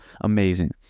amazing